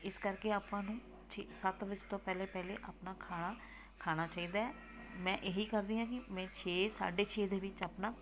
ਇਸ ਕਰਕੇ ਆਪਾਂ ਨੂੰ ਛੇ ਸੱਤ ਵਜੇ ਤੋਂ ਪਹਿਲੇ ਪਹਿਲੇ ਆਪਣਾ ਖਾਣਾ ਖਾਣਾ ਚਾਹੀਦਾ ਹੈ ਮੈਂ ਇਹੀ ਕਰਦੀ ਹਾਂ ਕਿ ਮੈਂ ਛੇ ਸਾਢੇ ਛੇ ਦੇ ਵਿੱਚ ਆਪਣਾ